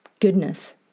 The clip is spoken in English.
goodness